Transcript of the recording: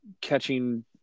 catching